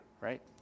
right